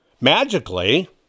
Magically